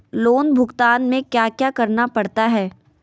loan भुगतान में क्या क्या करना पड़ता है